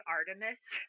Artemis